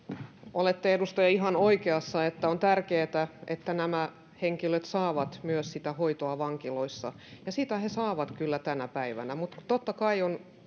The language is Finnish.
olette edustaja ihan oikeassa että on tärkeätä että nämä henkilöt saavat myös sitä hoitoa vankiloissa ja sitä he saavat kyllä tänä päivänä mutta totta kai on